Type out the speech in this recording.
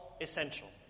essential